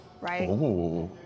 right